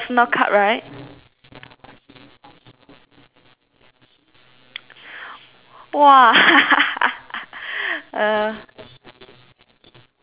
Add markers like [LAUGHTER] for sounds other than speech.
!wah! [LAUGHS] uh